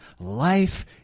life